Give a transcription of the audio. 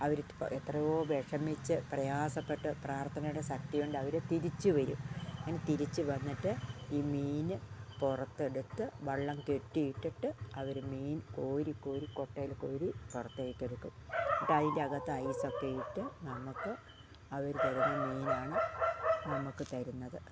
അവര് എത്രയോ വിഷമിച്ച് പ്രയാസപ്പെട്ട് പ്രാർത്ഥനയുടെ ശക്തി കൊണ്ട് അവര് തിരിച്ച് വരും തിരിച്ച് വന്നിട്ട് ഈ മീന് പുറത്തെടുത്ത് വള്ളം കെട്ടിയിട്ടിട്ട് അവര് മീൻ കോരി കോരി കുട്ടയില് കോരി പുറത്തേക്കെടുക്കും എന്നിട്ട് അതിൻ്റെ അകത്ത് ഐസൊക്കെ ഇട്ട് നമുക്ക് അവര് തരുന്ന മീനാണ് നമുക്ക് തരുന്നത്